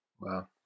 wow